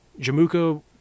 Jamuka